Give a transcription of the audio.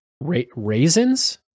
raisins